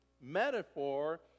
metaphor